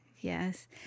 Yes